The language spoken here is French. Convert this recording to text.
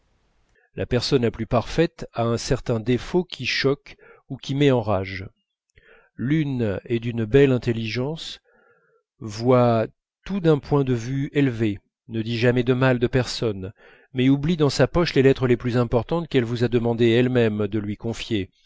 la personne la plus parfaite a un certain défaut qui choque ou qui met en rage l'une est d'une belle intelligence voit tout d'un point de vue élevé ne dit jamais de mal de personne mais oublie dans sa poche les lettres les plus importantes qu'elle vous a demandé elle-même de lui confier